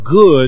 good